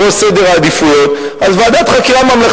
תסלחו לי שאני לא זוכר בדיוק מי כיהן לפני מי,